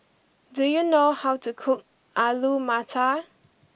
do you know how to cook Alu Matar